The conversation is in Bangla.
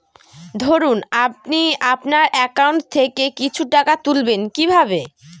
ধরুন আপনি আপনার একাউন্ট থেকে কিছু টাকা তুলবেন কিভাবে?